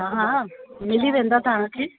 हा मिली वेंदव तव्हांखे